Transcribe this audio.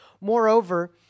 Moreover